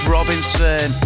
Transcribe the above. Robinson